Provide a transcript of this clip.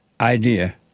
idea